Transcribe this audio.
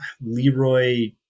Leroy